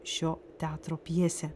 šio teatro pjesė